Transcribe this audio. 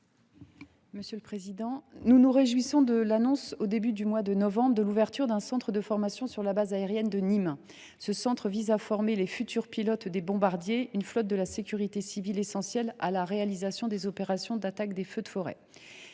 Marianne Margaté. Nous nous réjouissons de l’annonce au début du mois de novembre de l’ouverture d’un centre de formation sur la base aérienne de Nîmes Garons. Ce centre formera les futurs pilotes des bombardiers, une flotte de la sécurité civile essentielle à la réalisation des opérations de lutte contre les feux de forêt.